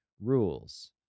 rules